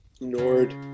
Nord